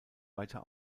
weiter